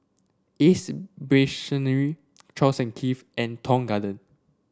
Ace Brainery Charles and Keith and Tong Garden